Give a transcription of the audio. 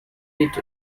ate